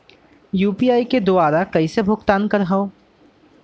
UPI के दुवारा कइसे भुगतान करहों?